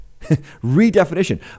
Redefinition